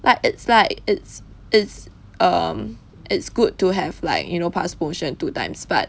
but it's like it's it's um it's good to have like you know pass motion two times but